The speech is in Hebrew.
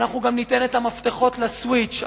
אנחנו גם ניתן את המפתחות לסוויץ'.